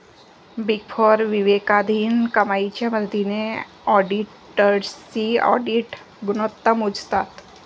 big four विवेकाधीन कमाईच्या मदतीने ऑडिटर्सची ऑडिट गुणवत्ता मोजतात